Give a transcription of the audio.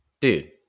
dude